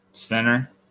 center